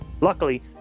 Luckily